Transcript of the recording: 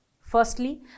Firstly